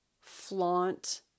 flaunt